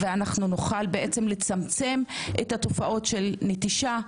ואנחנו נוכל בעצם לצמצם את התופעות של נטישה,